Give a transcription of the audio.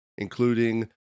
including